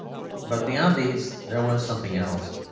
but beyond these, there was something else,